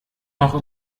noch